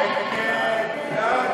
סעיף 7, כהצעת